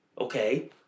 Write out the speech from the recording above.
okay